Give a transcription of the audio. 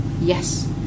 Yes